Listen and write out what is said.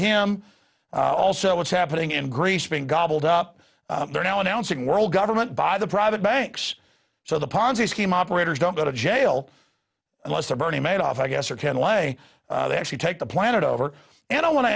him also what's happening in greece being gobbled up there now announcing world government by the private banks so the ponzi scheme operators don't go to jail unless they're bernie madoff i guess or ken lay they actually take the planet over and i wan